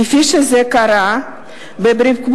כפי שזה קרה ברפובליקות,